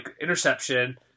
interception